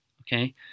Okay